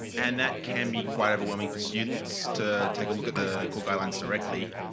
and that can be quite overwhelming to students to take a look at the core guidelines directly.